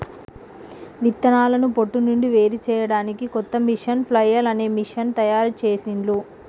విత్తనాలను పొట్టు నుండి వేరుచేయడానికి కొత్త మెషీను ఫ్లఐల్ అనే మెషీను తయారుచేసిండ్లు